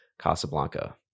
Casablanca